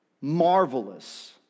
marvelous